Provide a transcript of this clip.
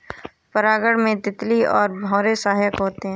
परागण में तितली और भौरे सहायक होते है